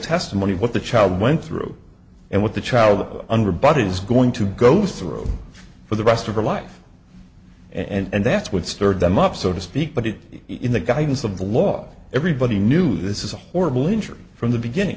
testimony what the child went through and what the child under but is going to go through for the rest of her life and that's what stirred them up so to speak but it in the guidance of the law everybody knew this is a horrible injury from the beginning